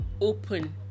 open